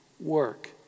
work